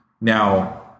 Now